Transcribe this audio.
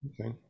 okay